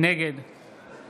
נגד